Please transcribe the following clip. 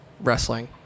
wrestling